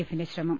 A ഫിന്റെ ശ്രമം